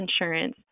insurance